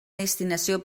destinació